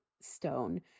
stone